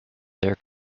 their